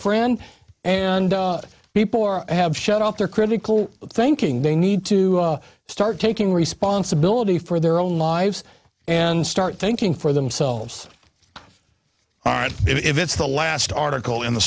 friend and people have shut off their critical thinking they need to start taking responsibility for their own lives and start thinking for themselves if it's the last article in the